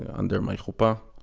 and under my chuppah.